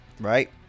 right